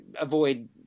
avoid